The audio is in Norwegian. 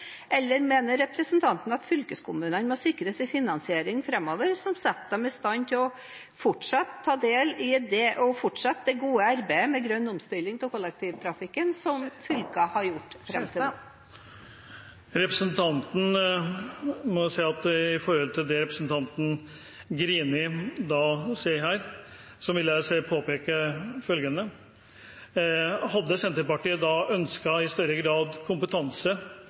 Eller mener representanten at fylkeskommunene må sikres en finansiering framover som setter dem i stand til å fortsette det gode arbeidet med grønn omstilling av kollektivtrafikken som fylkene har gjort fram til nå? Med tanke på det representanten Greni sier her, vil jeg påpeke følgende: Hadde Senterpartiet i større grad ønsket kompetanse